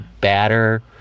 batter